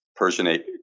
Persianate